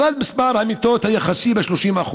ירד מספר המיטות היחסי ב-30%,